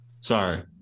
sorry